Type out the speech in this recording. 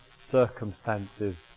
circumstances